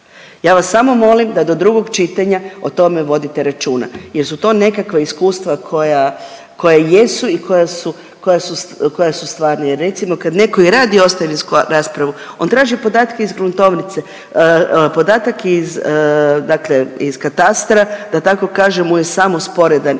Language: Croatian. Ja vas samo molim da do drugog čitanja o tome vodite računa jer su to nekakva iskustva koja, koja jesu i koja su, koja su stvarna jer recimo i kad neko i radi ostavinsku raspravu on traži podatke iz gruntovnice. Podatak iz, dakle iz katastra da tako kažem mu je samo sporedan